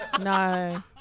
No